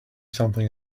something